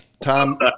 Tom